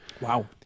Wow